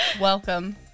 Welcome